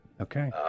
Okay